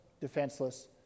defenseless